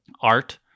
art